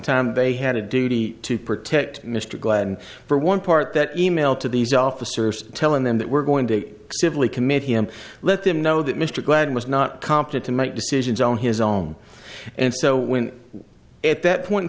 time they had a duty to protect mr glenn for one part that e mail to these officers telling them that we're going to civilly commit him let them know that mr gladden was not competent to make decisions on his own and so when at that point in